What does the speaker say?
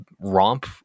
romp